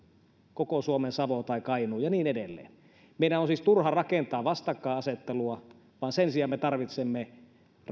koko suomen savo tai kainuu ja niin edelleen meidän on siis turha rakentaa vastakkainasettelua vaan sen sijaan me tarvitsemme